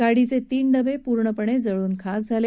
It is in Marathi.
गाडीचे तीन डबे पूर्णपणे जळून खाक झाले